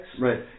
Right